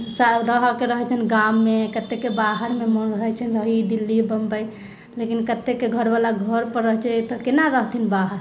रहैत छनि गाममे कतेकके बाहरमे मन रहैत छनि रही दिल्ली बम्बई लेकिन कतेके घरबाला घर पर रहैत छै तऽ केना रहथिन बाहर